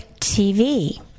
TV